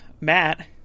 Matt